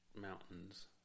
mountains